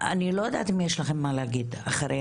אני לא יודעת אם יש לכם מה להגיד, אחרי